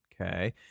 Okay